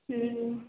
ହୁଁ ହୁଁ